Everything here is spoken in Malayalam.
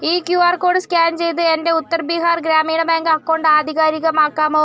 ഈ ക്യുആർ കോഡ് സ്കാൻ ചെയ്ത് എൻ്റെ ഉത്തർ ബീഹാർ ഗ്രാമീണ ബാങ്ക് അക്കൗണ്ട് ആധികാരികമാക്കാമോ